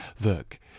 Look